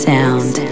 Sound